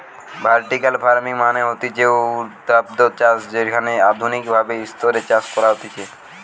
vertical farming মানে হতিছে ঊর্ধ্বাধ চাষ যেখানে আধুনিক ভাবে স্তরে চাষ করা হতিছে